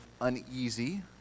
uneasy